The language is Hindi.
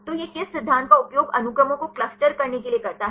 तो यह किस सिद्धांत का उपयोग अनुक्रमों को क्लस्टर करने के लिए करता है